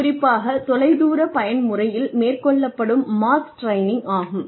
குறிப்பாகத் தொலைதூர பயன்முறையில் மேற்கொள்ளப்படும் மாஸ் ட்ரைனிங் ஆகும்